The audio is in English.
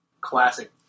classic